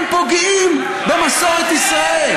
אתם פוגעים במסורת ישראל.